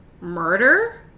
murder